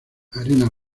arena